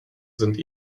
sind